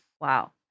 Wow